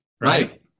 Right